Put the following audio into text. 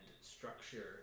structure